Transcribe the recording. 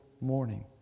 morning